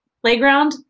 playground